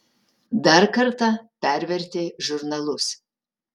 dar kartą pervertė žurnalus